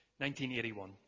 1981